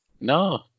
No